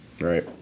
right